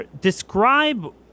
Describe